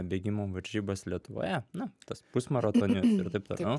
bėgimo varžybas lietuvoje na tas pusmaratonio ir taip toliau